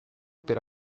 per